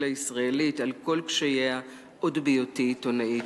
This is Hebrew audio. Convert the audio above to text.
הישראלית על כל קשייה עוד בהיותי עיתונאית.